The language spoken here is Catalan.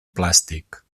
plàstic